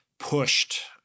Pushed